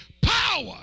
power